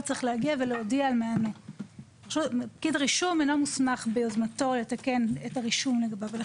כתושבי הישוב ולכן הפער בהיקף האוכלוסייה שנמצא בפועל.